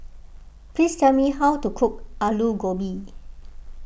please tell me how to cook Alu Gobi